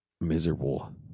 Miserable